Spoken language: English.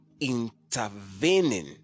intervening